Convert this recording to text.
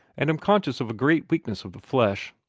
and am conscious of a great weakness of the flesh.